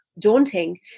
daunting